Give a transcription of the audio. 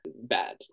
bad